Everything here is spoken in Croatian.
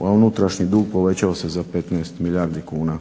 a unutrašnji dug povećao se za 15 milijardi kuna.